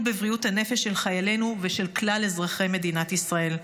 בבריאות הנפש של חיילינו ושל כלל אזרחי מדינת ישראל.